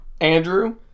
Andrew